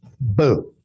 boom